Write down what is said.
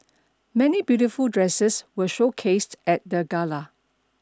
many beautiful dresses were showcased at the gala